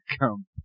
come